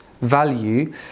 value